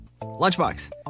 Lunchbox